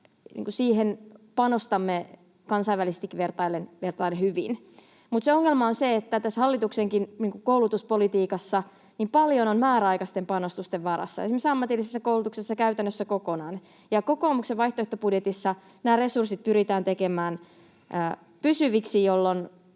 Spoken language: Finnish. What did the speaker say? siihen panostamme kansainvälisestikin vertaillen hyvin, mutta ongelma on se, että tässä hallituksenkin koulutuspolitiikassa on niin paljon määräaikaisten panostusten varassa, esimerkiksi ammatillisessa koulutuksessa käytännössä kokonaan. Kokoomuksen vaihtoehtobudjetissa nämä resurssit pyritään tekemään pysyviksi ja